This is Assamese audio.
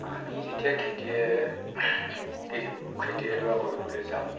আমি যেতিয়া খেতি এ খেতি এডৰা কৰিবলৈ যাওঁ